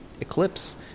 eclipse